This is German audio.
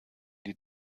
die